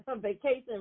vacation